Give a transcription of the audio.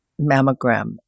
mammogram